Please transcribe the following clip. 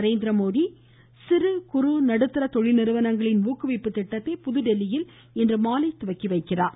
நரேந்திரமோடி சிறு குறு நடுத்தர தொழில் நிறுவனங்களின் ஊக்குவிப்பு திட்டத்தை புதுதில்லியில் இன்று துவக்கி வைக்கிறார்